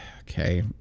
okay